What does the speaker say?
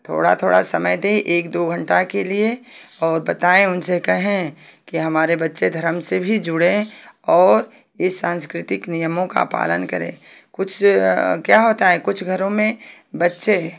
थोड़ा थोड़ा समय दे एक दो घंटा के लिए और बताऍं उनसे कहें कि हमारे बच्चे धर्म से भी जुड़े और इस सांस्कृतिक नियमों का पालन करें कुछ क्या होता है कुछ घरों में बच्चे